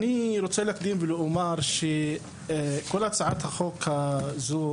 אני רוצה להקדים ולומר שכל הצעת החוק הזו